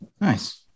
Nice